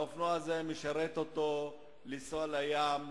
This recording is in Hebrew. והאופנוע הזה משרת אותו לנסוע לים,